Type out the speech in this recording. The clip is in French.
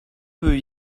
peu